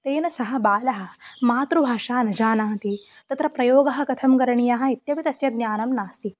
तेन सः बालः मातृभाषा न जानाति तत्र प्रयोगः कथं करणीयः इत्यपि तस्य ज्ञानं नास्ति